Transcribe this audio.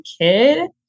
kid